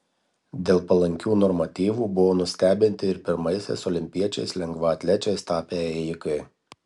dėl palankių normatyvų buvo nustebinti ir pirmaisiais olimpiečiais lengvaatlečiais tapę ėjikai